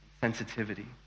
sensitivity